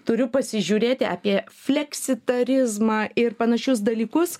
turiu pasižiūrėti apie fleksitarizmą ir panašius dalykus